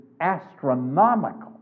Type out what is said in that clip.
astronomical